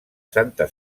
santa